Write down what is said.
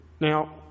Now